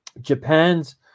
japan's